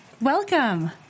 Welcome